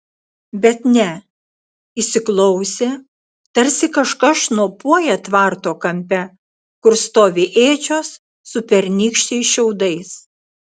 bet ne įsiklausė tarsi kažkas šnopuoja tvarto kampe kur stovi ėdžios su pernykščiais šiaudais